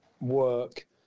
work